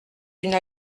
une